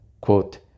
quote